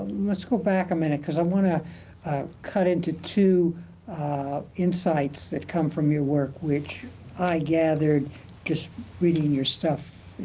let's go back a minute cause i wanna cut into two insights that come from your work, which i gathered just reading your stuff,